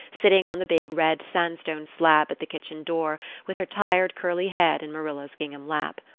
sitting on the big red-sandstone slab at the kitchen door with her tired curly head in marilla's gingham lap.